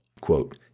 Quote